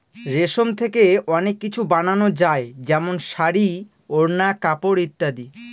রেশম থেকে অনেক কিছু বানানো যায় যেমন শাড়ী, ওড়না, কাপড় ইত্যাদি